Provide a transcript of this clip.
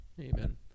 Amen